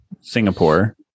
Singapore